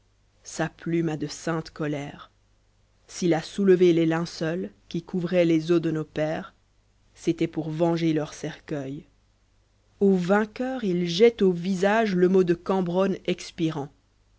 sa plume a de saintes colère s'il a soulevé les linceuls qui couvraient les os de nos pores c'était pour venger leurs cercueils au vainqueur h jette au visage le mot de cambronne expirant